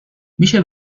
میشه